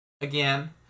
Again